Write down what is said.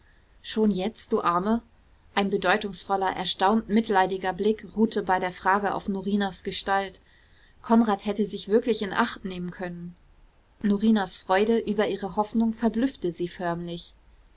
schon jetzt du arme ein bedeutungsvoller erstaunt mitleidiger blick ruhte bei der frage auf norinas gestalt konrad hätte sich wirklich in acht nehmen können norinas freude über ihre hoffnung verblüffte sie förmlich